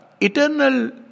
eternal